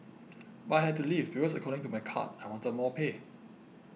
but I had to leave because according to my card I wanted more pay